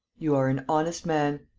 you are an honest man.